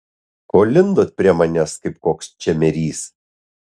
ko lindot prie manęs kaip koks čemerys